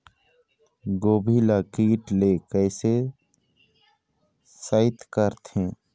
गोभी ल कीट ले कैसे सइत करथे?